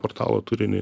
portalo turinį